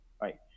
right